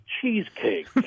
cheesecake